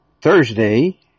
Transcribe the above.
Thursday